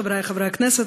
חברי חברי הכנסת,